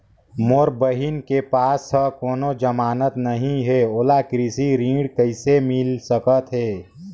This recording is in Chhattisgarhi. मोर बहिन के पास ह कोनो जमानत नहीं हे, ओला कृषि ऋण किसे मिल सकत हे?